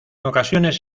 ocasiones